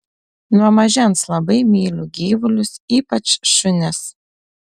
nuo mažens labai myliu gyvulius ypač šunis